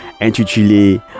intitulé